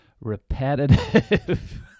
repetitive